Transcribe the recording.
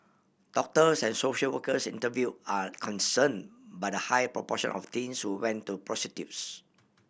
doctors and social workers interview are concern by the high proportion of teens who went to prostitutes